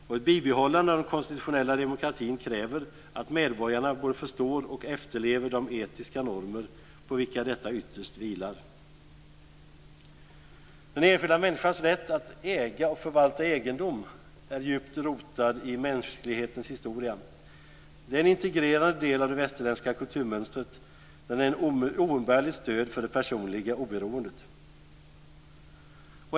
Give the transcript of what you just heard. Ett bibehållande av den konstitutionella demokratin kräver att medborgarna både förstår och efterlever de etiska normer på vilka denna ytterst vilar. Den enskilda människans rätt att äga och förvalta egendom är djupt rotad i mänsklighetens historia. Det är en integrerad del av det västerländska kulturmönstret. Det är ett oumbärligt stöd för det personliga oberoendet.